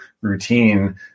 routine